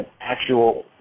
actual